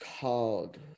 called